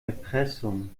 erpressung